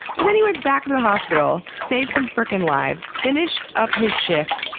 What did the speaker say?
and then he went back into the hospital, saved some frickin' lives, finished up his shift,